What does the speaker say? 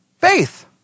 faith